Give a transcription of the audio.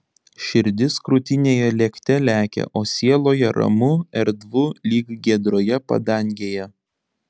širdis krūtinėje lėkte lekia o sieloje ramu erdvu lyg giedroje padangėje